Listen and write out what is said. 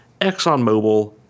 ExxonMobil